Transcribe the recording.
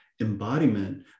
embodiment